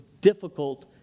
difficult